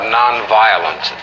nonviolence